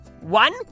One